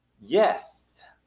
Yes